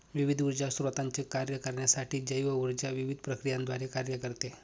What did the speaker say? विविध ऊर्जा स्त्रोतांचे कार्य करण्यासाठी जैव ऊर्जा विविध प्रक्रियांद्वारे कार्य करते